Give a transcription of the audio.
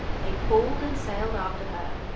they pulled and sailed after her,